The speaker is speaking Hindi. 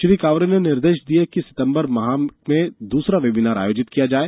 श्री कावरे ने निर्देश दिए कि सितम्बर माह में दूसरा वेबिनार आयोजित किया जाय